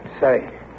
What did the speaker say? Say